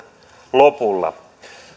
lopulla kymmenen henkilöä